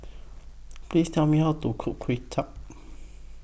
Please Tell Me How to Cook Kway Chap